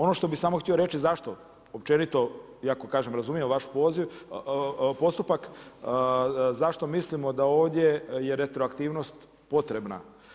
Ono što bih samo htio reći zašto općenito, iako kažem razumijem vaš postupak, zašto mislimo da ovdje je retroaktivnost potrebna.